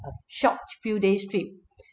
short few days trip